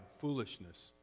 foolishness